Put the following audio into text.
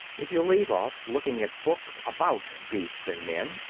if you leave off looking at books about beasts and men,